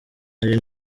ari